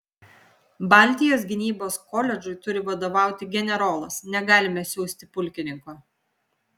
baltijos gynybos koledžui turi vadovauti generolas negalime siųsti pulkininko